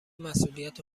مسئولیت